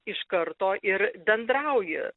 iš karto ir bendrauji